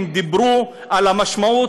והם דיברו על המשמעות,